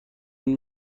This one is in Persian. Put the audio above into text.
اون